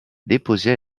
déposée